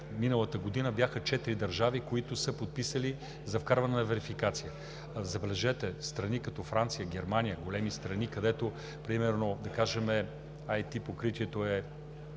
миналата година бяха четири държавите, които са подписали за вкарване на верификация. Забележете, че страни като Франция, Германия – големи страни, където примерно ИТ покритието –